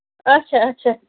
اَچھا اَچھا